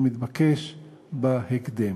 ומתבקש בהקדם.